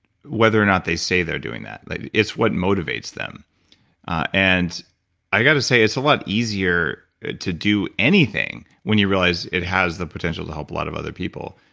whether or not they say they're doing that. like it's what motivates them and i've got to say, it's a lot easier to do anything when you realize it has the potential to help a lot of other people.